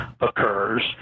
occurs